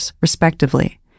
respectively